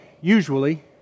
usually